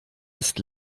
ist